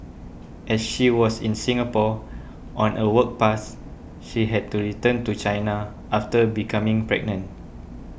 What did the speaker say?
as she was in Singapore on a work pass she had to return to China after becoming pregnant